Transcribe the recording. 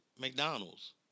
McDonald's